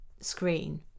screen